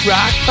Rock